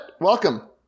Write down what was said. welcome